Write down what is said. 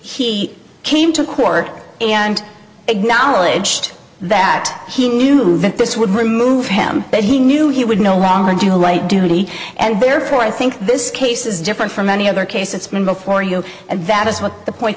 he came to court and acknowledged that he knew that this would remove him but he knew he would no longer do the right duty and therefore i think this case is different from any other case it's been before you and that is what the point